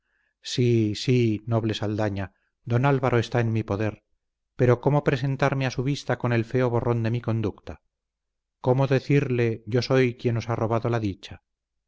sí sí noble saldaña don álvaro está en mi poder pero cómo presentarme a su vista con el feo borrón de mi conducta cómo decirle yo soy quien os ha robado la dicha